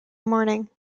mourning